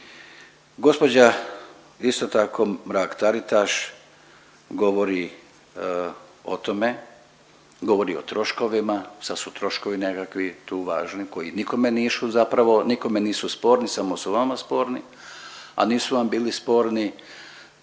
Gospođa isto tako Mrak Taritaš govori o tome, govori o troškovima, sad su troškovi nekakvi tu važni koji nikome nišu zapravo nikome nisu sporni samo su vama sporni, a nisu vam bili sporni